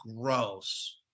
gross